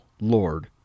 Lord